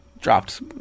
dropped